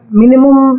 minimum